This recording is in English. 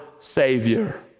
Savior